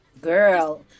Girl